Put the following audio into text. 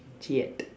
cheeat